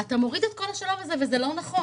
אתה מוריד את כל השלב הזה, וזה לא נכון.